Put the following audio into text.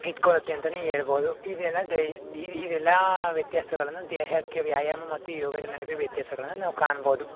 ಇಟ್ಕೊಳ್ಳುತ್ತೆ ಅಂತನೇ ಹೇಳ್ಬೋದು ಇದೆಲ್ಲ ದೈ ಇದು ಇದೆಲ್ಲ ವ್ಯತ್ಯಾಸಗಳನ್ನು ದೇಹಕ್ಕೆ ವ್ಯಾಯಾಮ ಮತ್ತು ಯೋಗದ ನಡುವೆ ವ್ಯತ್ಯಾಸಗಳನ್ನು ನಾವು ಕಾಣ್ಬೋದು